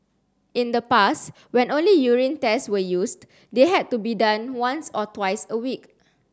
in the past when only urine tests were used they had to be done once or twice a week